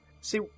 See